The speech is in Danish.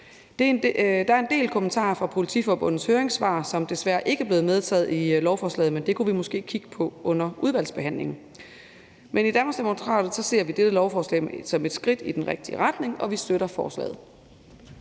Der er en del kommentarer fra Politiforbundets høringssvar, som desværre ikke blevet medtaget i lovforslaget, men det kunne vi måske kigge på under udvalgsbehandlingen. Men i Danmarksdemokraterne ser vi dette lovforslag som et skridt i den rigtige retning, og vi støtter forslaget.